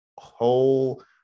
whole